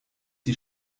die